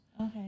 Okay